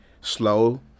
Slow